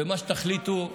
ומה שתחליטו,